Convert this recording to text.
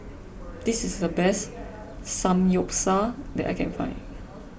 this is the best Samgyeopsal that I can find